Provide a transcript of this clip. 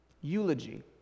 Eulogy